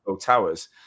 Towers